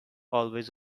always